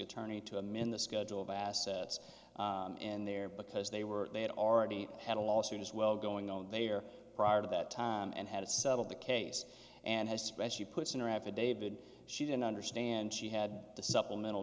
attorney to him in the schedule of assets and there because they were they had already had a lawsuit as well going on they are prior to that time and had to settle the case and has specially put in raffa david she didn't understand she had the supplemental